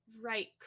right